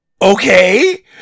okay